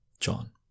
John